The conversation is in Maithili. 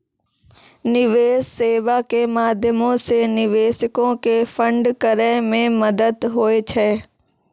निवेश सेबा के माध्यमो से निवेशको के फंड करै मे मदत होय छै